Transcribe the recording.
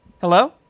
Hello